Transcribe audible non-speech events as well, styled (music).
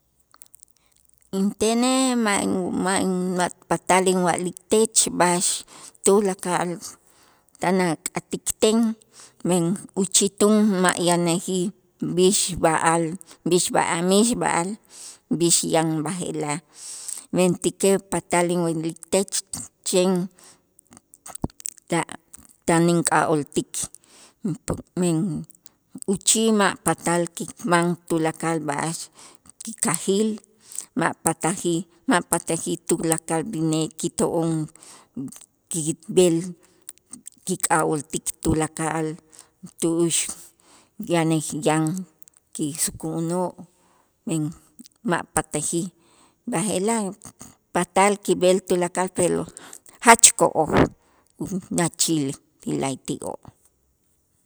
Intenej ma' ma' ma' patal inwa'liktech b'a'ax tulakal tan ak'atikten, men uchitun ma' yanäjij b'ix b'a'al b'ix b'a mixb'a'al b'ix yan b'aje'laj, mentäkej patal inwa'liktech chen ta- tan ink'a'ooltik (unintelligible) men uchij ma' patal kiman tulakal b'a'ax kikajil ma' patajij ma' patajij tulakal b'inee kito'on kib'el kik'a'ooltik tulakal tu'ux yanäj yan kisuku'unoo' men ma' patajij, b'aje'laj patal kib'el tulakal pero jach ko'oj (noise) (unintelligible) naachil ti la'ayti'oo'.